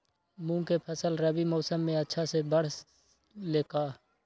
मूंग के फसल रबी मौसम में अच्छा से बढ़ ले का?